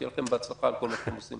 אז שיהיה לכם בהצלחה על כל מה שאתם עושים.